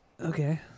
Okay